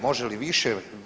Može li više?